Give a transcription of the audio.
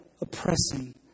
oppressing